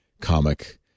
comic